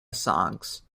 songs